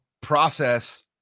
process